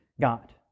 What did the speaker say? God